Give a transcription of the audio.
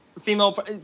female